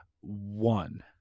One